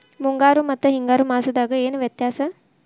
ಮುಂಗಾರು ಮತ್ತ ಹಿಂಗಾರು ಮಾಸದಾಗ ಏನ್ ವ್ಯತ್ಯಾಸ?